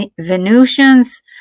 venusians